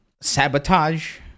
sabotage